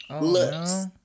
looks